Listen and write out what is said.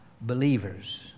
believers